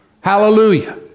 Hallelujah